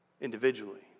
individually